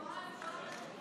נמנעים אין.